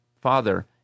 father